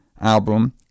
album